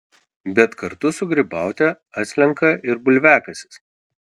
bet kartu su grybaute atslenka ir bulviakasis